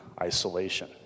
isolation